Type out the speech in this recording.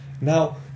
Now